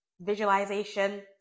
visualization